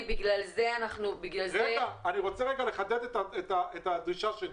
בגלל זה אנחנו --- אני רוצה רגע לחדד את הדרישה שלי.